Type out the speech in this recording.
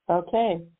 Okay